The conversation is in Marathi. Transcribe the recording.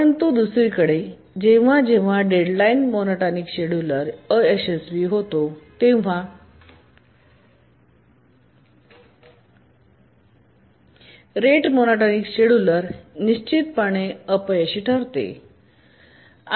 परंतु दुसरीकडे जेव्हा जेव्हा डेडलाइन मोनोटोनिक शेड्यूलर अयशस्वी होतो तेव्हा रेट मोनोटॉनिक शेड्यूलर निश्चितपणे अपयशी ठरते